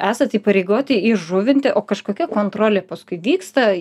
esat įpareigoti įžuvinti o kažkokia kontrolė paskui vyksta